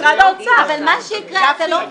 משרד האוצר עשה את זה.